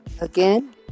Again